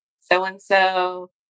so-and-so